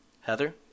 Heather